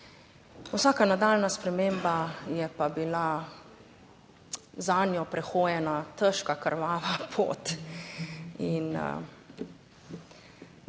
vsaka nadaljnja sprememba je pa bila zanjo prehojena težka, krvava pot in